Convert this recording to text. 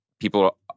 people